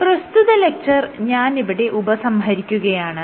പ്രസ്തുത ലെക്ച്ചർ ഞാൻ ഇവിടെ ഉപസംഹരിക്കുകയാണ്